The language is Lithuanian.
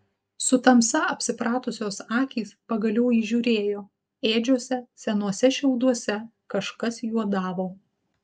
su tamsa apsipratusios akys pagaliau įžiūrėjo ėdžiose senuose šiauduose kažkas juodavo